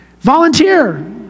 Volunteer